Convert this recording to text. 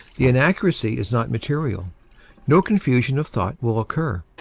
the inaccuracy is not material no confusion of thought will occur.